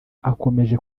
akomeje